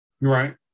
Right